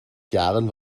jahren